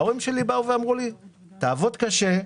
ההורים שלי באו ואמרו לי: תעבוד קשה,